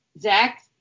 Zach